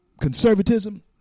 conservatism